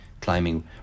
climbing